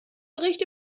bericht